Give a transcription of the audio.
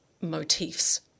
motifs